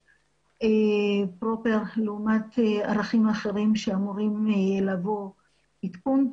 פרופר לעומת ערכים אחרים שאמורים לעבור עדכון,